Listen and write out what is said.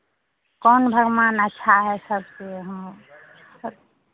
कौन भगवान अच्छा है सबसे हाँ